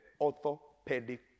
orthopedic